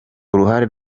uruhare